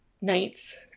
nights